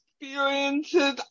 experiences